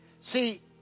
See